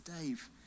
Dave